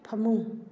ꯐꯃꯨꯡ